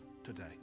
today